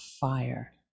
fire